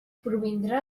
provindrà